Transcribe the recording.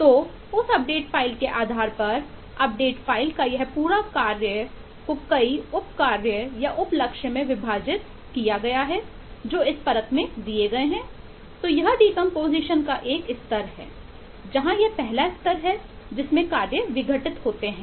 तो उस update file का एक स्तर है जहां यह पहला स्तर है जिसमें कार्य विघटित होते हैं